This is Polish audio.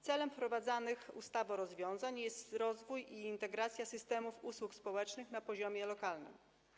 Celem wprowadzanych ustawą rozwiązań jest rozwój i integracja systemu usług społecznych na poziomie lokalnym.